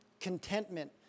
contentment